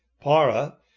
para